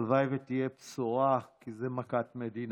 הלוואי שתהיה בשורה, כי זו מכת מדינה.